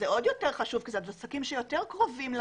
זה עוד יותר חשוב כי אלה עסקים שיותר קרובים.